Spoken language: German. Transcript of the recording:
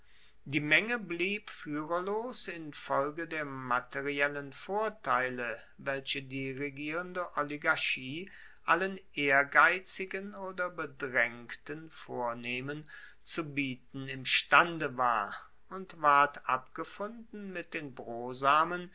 die menge blieb fuehrerlos infolge der materiellen vorteile welche die regierende oligarchie allen ehrgeizigen oder bedraengten vornehmen zu bieten imstande war und ward abgefunden mit den brosamen